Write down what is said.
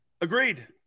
Agreed